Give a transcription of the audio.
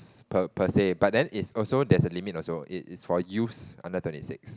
per per se but then is also there's a limit also it is for use under twenty six